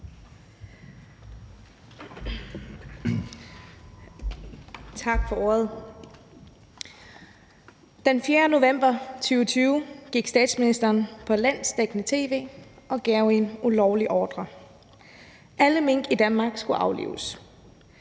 Tak for ordet. Den 4. november 2020 gik statsministeren på landsdækkende tv og gav en ulovlig ordre: Alle mink i Danmark skulle aflives.